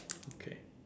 okay